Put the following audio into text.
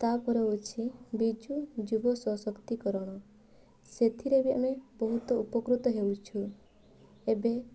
ତା'ପରେ ହଉଛି ବିଜୁ ଯୁବ ସଶକ୍ତିକରଣ ସେଥିରେ ବି ଆମେ ବହୁତ ଉପକୃତ ହେଉଛୁ ଏବେ